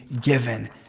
given